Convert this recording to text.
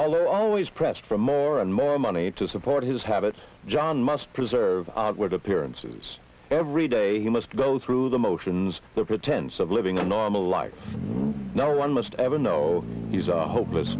although always pressed for more and more money to support his habit john must preserve outward appearances every day he must go through the motions the pretense of living a normal life now one must ever know he's a hopeless